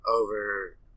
over